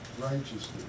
righteousness